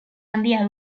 handia